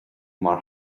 mar